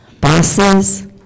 bosses